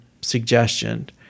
suggestion